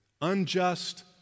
unjust